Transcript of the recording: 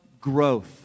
growth